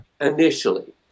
initially